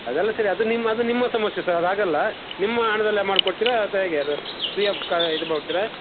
ಅದೆಲ್ಲ ಸರಿ ಅದು ನಿಮ್ಮ ಅದು ನಿಮ್ಮ ಸಮಸ್ಯೆ ಸರ್ ಅದು ಹಾಗಲ್ಲ ನಿಮ್ಮ ಹಣದಲ್ಲೇ ಮಾಡಿ ಕೊಡ್ತಿರಾ ಅಥವಾ ಹೇಗೆ ಅದು ಫ್ರೀ ಆಫ್ ಕಾ ಇದು ಕೊಡ್ತಿರಾ